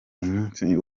umusi